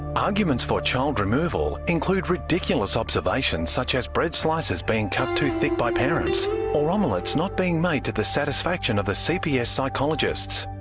arguments for child removal include ridiculous observations such as bread slices being cut too thick by parents or omelettes not being made to the satisfaction of ah cps psychologists.